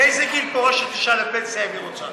באיזה גיל פורשת אישה לפנסיה אם היא רוצה?